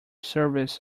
service